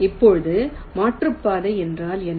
இப்போது மாற்றுப்பாதை என்றால் என்ன